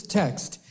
text